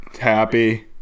happy